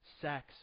sex